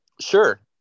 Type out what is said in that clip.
sure